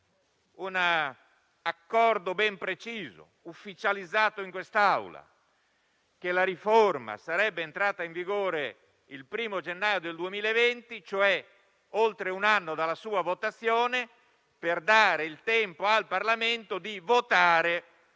l'accordo ben preciso e ufficializzato in quest'Aula che sarebbe entrata in vigore il 1o gennaio 2020, ad oltre un anno dalla sua votazione, per dare il tempo al Parlamento di varare